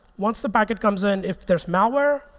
once the packet comes in, if there's malware,